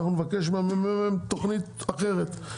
אנחנו נבקש ממרכז המחקר והמידע תוכנית אחרת.